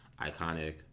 iconic